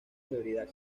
severidad